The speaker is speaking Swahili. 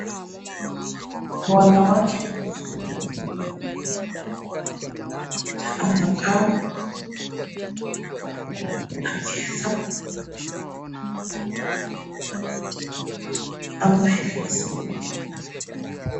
Kuna wanawake wawili mmoja amekaa kufanya, ameweza kushika.